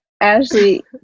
Ashley